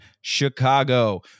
Chicago